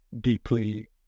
deeply